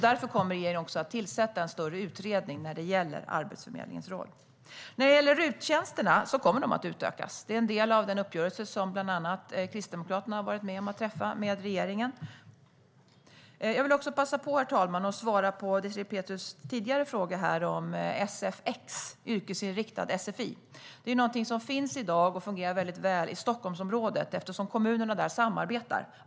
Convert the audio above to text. Därför kommer regeringen att tillsätta en större utredning gällande Arbetsförmedlingens roll. Vad beträffar RUT-tjänsterna kommer de att utökas. Det är en del av den uppgörelse som bland annat Kristdemokraterna varit med om att träffa med regeringen. Jag vill även passa på, herr talman, att svara på Désirée Pethrus tidigare fråga om sfx, yrkesinriktad sfi. Det finns i dag och fungerar väldigt väl i Stockholmsområdet, eftersom kommunerna där samarbetar.